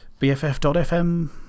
BFF.FM